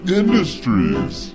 industries